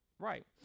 right